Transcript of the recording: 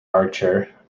archer